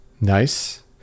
Nice